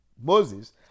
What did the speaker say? Moses